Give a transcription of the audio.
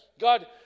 God